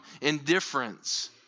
indifference